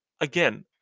again